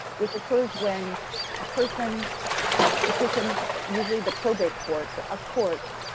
which occurs when a person petitions usually the probate court, but a court,